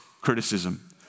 criticism